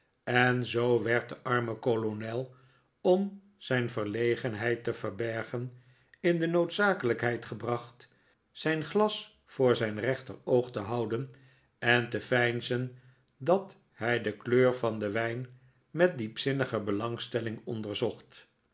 en zoo werd de arme kolonel om zijn verlegenheid te verbergen in de noodzakelijkheid gebracht zijn glas voor zijn rechteroog te houden en te veinzen dat hij de kleur van den wijn met diepzinnige beiangstelling onderzocht